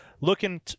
looking